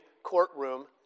Courtroom